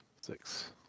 Six